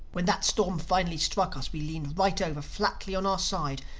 when that storm finally struck us we leaned right over flatly on our side,